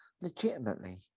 legitimately